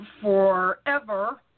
forever